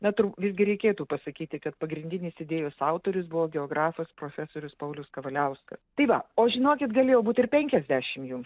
na tru visgi reikėtų pasakyti kad pagrindinis idėjos autorius buvo geografas profesorius paulius kavaliauskas tai va o žinokit galėjo būt ir penkiasdešim jų